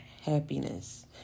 happiness